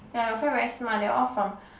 yeah your friend very smart they are all from